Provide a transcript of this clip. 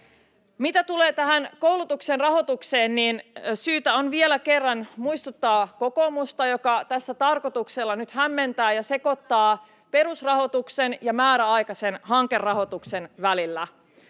Mitä tulee koulutuksen rahoitukseen, niin syytä on vielä kerran muistuttaa kokoomusta, joka tässä tarkoituksella nyt hämmentää ja sekoittaa perusrahoituksen ja määräaikaisen hankerahoituksen.